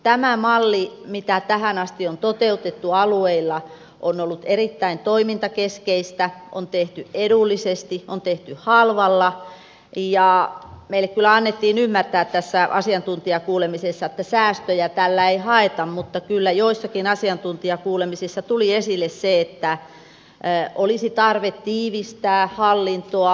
tämä malli mitä tähän asti on toteutettu alueilla on ollut erittäin toimintakeskeistä on tehty edullisesti on tehty halvalla ja meidän kyllä annettiin ymmärtää tässä asiantuntijakuulemisessa että säästöjä tällä ei haeta mutta kyllä joissakin asiantuntijakuulemisissa tuli esille se että olisi tarve tiivistää hallintoa